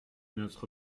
notre